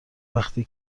وقتی